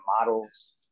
models